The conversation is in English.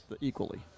equally